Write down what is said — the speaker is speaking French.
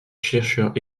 chercheur